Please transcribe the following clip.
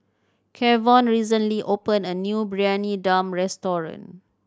Kevon recently opened a new Briyani Dum restaurant